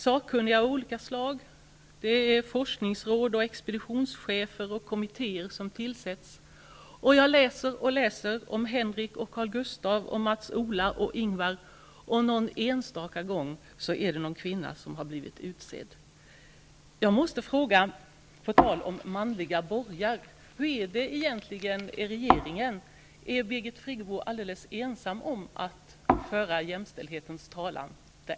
Sakkunniga av olika slag, forskningsråd, expeditionschefer och kommittéer tillsätts, och jag läser och läser om Henrik och Karl-Gustav och Mats-Ola och Ingvar, och någon enstaka gång är det en kvinna som har blivit utsedd. Jag måste fråga på tal om manliga borgar: Hur är det egentligen i regeringen? Är Birgit Friggebo alldeles ensam om att föra jämställdhetens talan där?